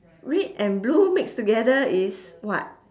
red and blue mix together is what